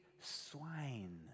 swine